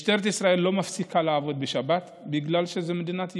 משטרת ישראל לא מפסיקה לעבוד בשבת בגלל שזאת מדינת יהודים,